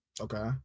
okay